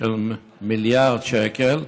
של מיליארד שקל,